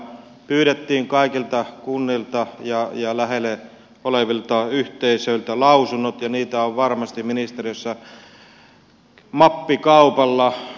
pyydettiin kaikilta kunnilta ja lähellä olevilta yhteisöiltä lausunnot ja niitä on varmasti ministeriössä mappikaupalla